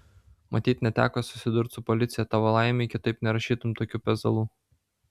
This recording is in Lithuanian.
matyt neteko susidurt su policija tavo laimei kitaip nerašytum tokių pezalų